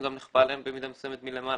הוא גם נכפה עליהם במידה מסוימת מלמעלה.